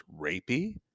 rapey